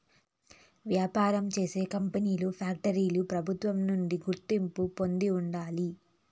వ్యాపారం చేసే కంపెనీలు ఫ్యాక్టరీలు ప్రభుత్వం నుంచి గుర్తింపు పొంది ఉండాలి